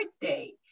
birthday